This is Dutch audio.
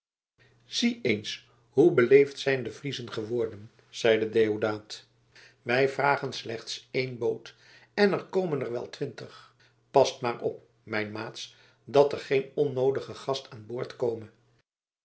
zie eens hoe beleefd zijn de friezen geworden zeide deodaat wij vragen slechts één boot en er komen er wel twintig past maar op mijn maats dat er geen ongenoodigde gast aan boord kome